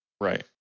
Right